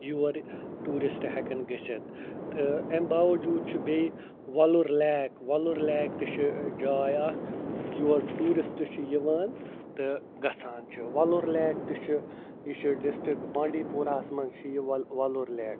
یور ٹیٛوٗرسٹہٕ ہٮ۪کن گٔژھِتھ تہٕ اَمہِ باوجوٗد چھُ بیٚیہِ ولُر لیک ولُر لیک تہِ چھُ جاے اکھ یور ٹیٛوٗرسٹہٕ چھِ یِوان تہٕ گَژھان چھِ ولُر لیک تہِ چھُ یہِ چھُ ڈسٹرک بانٛڈی پوراہس منٛز چھِ یہِ وَ وَلُر لیک